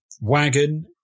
wagon